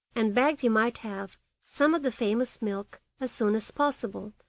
and begged he might have some of the famous milk as soon as possible,